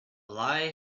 lie